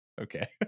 Okay